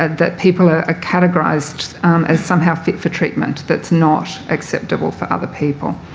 that people are ah categorised as somehow fit for treatment, that's not acceptable for other people.